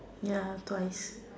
ya twice